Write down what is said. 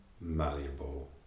malleable